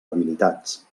habilitats